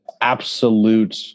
absolute